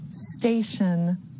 Station